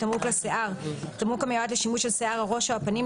"תמרוק לשיער" תמרוק המיועד לשימוש על שיער הראש או הפנים,